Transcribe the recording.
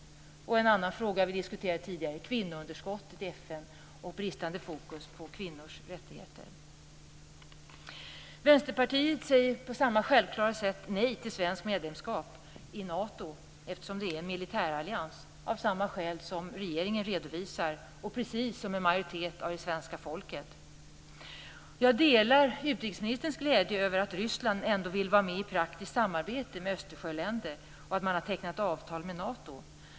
En annan fråga vi diskuterat tidigare är kvinnounderskottet i FN och bristande fokus på kvinnors rättigheter. Vänsterpartiet säger på samma självklara sätt nej till svenskt medlemskap i Nato, som är en militärallians, av samma skäl som regeringen redovisar och precis som en majoritet av svenska folket. Jag delar utrikesministerns glädje över att Ryssland ändå vill vara med i praktiskt samarbete med Östersjöländer och att man har tecknat avtal med Nato.